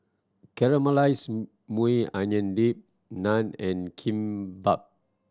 Caramelized Maui Onion Dip Naan and Kimbap